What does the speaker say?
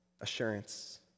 assurance